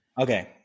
Okay